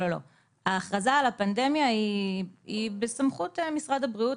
ההכרזה על הפנדמיה היא בסמכות משרד הבריאות.